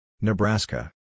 Nebraska